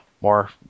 more